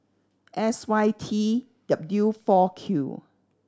S Y T W four Q